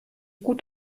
gut